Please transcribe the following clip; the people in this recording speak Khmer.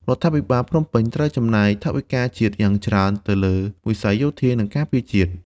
រដ្ឋាភិបាលភ្នំពេញត្រូវចំណាយថវិកាជាតិយ៉ាងច្រើនទៅលើវិស័យយោធា និងការពារជាតិ។